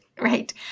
right